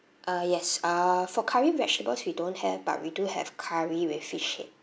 uh yes uh for curry vegetables we don't have but we do have curry with fish head